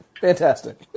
fantastic